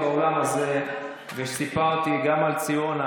באולם הזה כבר סיפרתי, וסיפרתי גם על ציונה,